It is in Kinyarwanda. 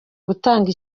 gutanga